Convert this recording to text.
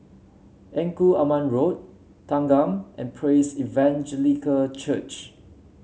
Engku Aman Road Thanggam and Praise Evangelical Church